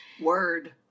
Word